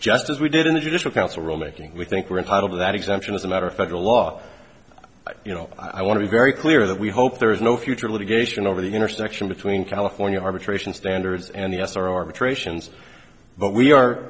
just as we did in the judicial council rule making we think we're in part of that exemption as a matter of federal law you know i want to be very clear that we hope there is no future litigation over the intersection between california arbitration standards and the us are ar